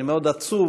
אני מאוד עצוב,